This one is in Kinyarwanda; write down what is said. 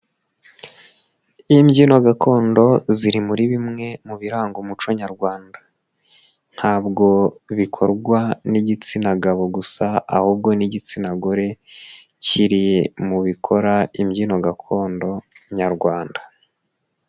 Imbyino gakondo ziri muri bimwe mu biranga umuco nyarwanda ntabwo bikorwa n'igitsina gabo gusa ahubwo n'igitsina gore kiri mu bikora imbyino gakondo nyarwanda.